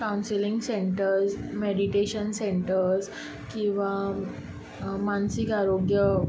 counselling centres meditation centres किंवा मानसीक आरोग्य